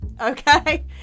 Okay